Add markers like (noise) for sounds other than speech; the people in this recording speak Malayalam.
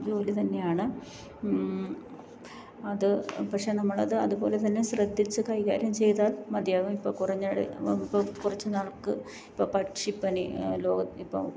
ജോലി തന്നെയാണ് അത് പക്ഷെ നമ്മളത് അതുപോലെതന്നെ ശ്രദ്ധിച്ച് കൈകാര്യം ചെയ്താല് മതിയാകും ഇപ്പം കുറഞ്ഞ വിലയ്ക്ക് (unintelligible) കുറച്ച് നാളേക്ക് ഇപ്പം പക്ഷിപ്പനി ലോകത്തിലിപ്പം